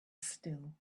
still